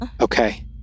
okay